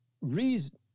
reason